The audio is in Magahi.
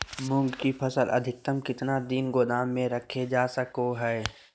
मूंग की फसल अधिकतम कितना दिन गोदाम में रखे जा सको हय?